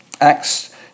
Acts